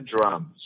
drums